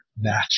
natural